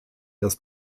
das